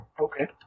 Okay